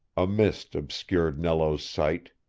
a mist obscured nello's sight,